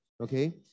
okay